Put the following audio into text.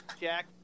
Jack